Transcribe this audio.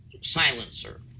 silencer